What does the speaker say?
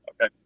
Okay